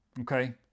okay